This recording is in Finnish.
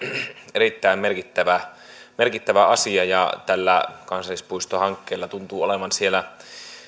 erittäin merkittävä asia ja tällä kansallispuistohankkeella tuntuu olevan